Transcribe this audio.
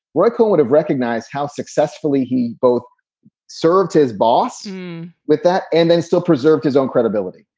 roy cohn would have recognized how successfully he both served his boss with that and then still preserved his own credibility.